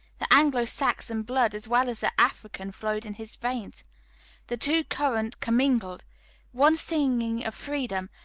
the anglo-saxon blood as well as the african flowed in his veins the two currents commingled one singing of freedom,